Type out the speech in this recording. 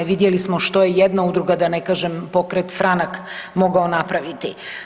Vidjeli smo što je jedna udruga da ne kažem pokret Franak mogao napraviti.